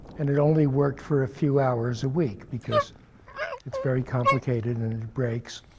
and it only worked for a few hours a week because it's very complicated, and it breaks.